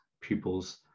pupils